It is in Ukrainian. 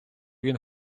він